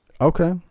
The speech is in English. Okay